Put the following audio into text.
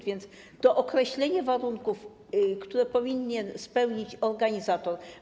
A więc to określenie warunków, które powinien spełnić organizator.